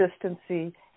consistency